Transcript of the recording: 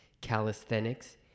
calisthenics